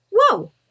whoa